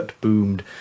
boomed